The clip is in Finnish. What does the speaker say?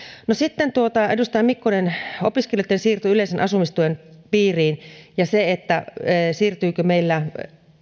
no sitten edustaja mikkonen opiskelijoitten siirto yleisen asumistuen piiriin ja se siirtyykö meillä